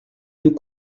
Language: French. nous